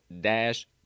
dash